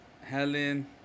Helen